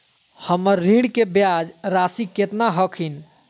हमर ऋण के ब्याज रासी केतना हखिन?